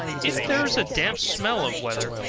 if there is a damp spell of weather,